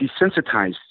desensitized